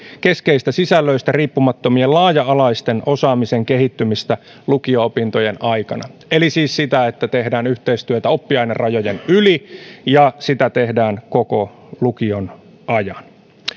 keskeisistä sisällöistä riippumattoman laaja alaisen osaamisen kehittymistä lukio opintojen aikana eli siis sitä että tehdään yhteistyötä oppiainerajojen yli ja sitä tehdään koko lukion ajan